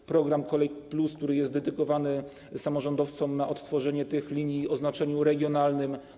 Jest program „Kolej+”, który jest dedykowany samorządowcom, by odtworzyć te linie o znaczeniu regionalnym.